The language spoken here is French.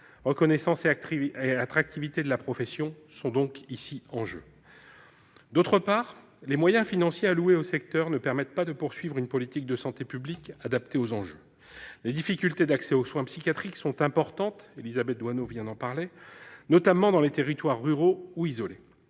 Reconnaissance et attractivité de la profession sont donc ici en jeu. D'autre part, les moyens financiers alloués au secteur ne permettent pas de poursuivre une politique de santé publique adaptée aux enjeux. Les difficultés d'accès aux soins psychiatriques sont importantes, notamment dans les territoires ruraux ou isolés.